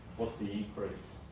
what's the increase,